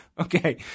Okay